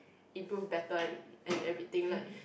improve better and and everything like